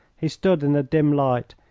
he stood in the dim light,